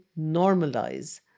normalize